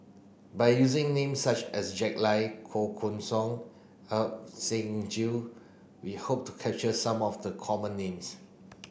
by using names such as Jack Lai Koh Guan Song Ajit Singh Gill we hope to capture some of the common names